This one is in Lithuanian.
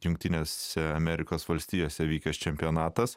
jungtinėse amerikos valstijose vykęs čempionatas